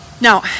now